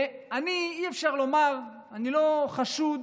ואני, אי-אפשר לומר, אני לא חשוד